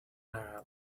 arab